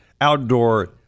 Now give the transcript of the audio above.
outdoor